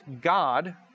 God